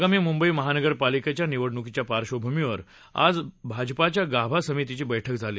आगामी मुंबई महानगर पालिकेच्या निवडणुकीच्या पार्धभूमीवर आज भाजपाच्या गाभा समितीची बैठक झाली